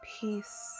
peace